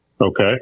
okay